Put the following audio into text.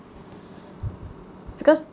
because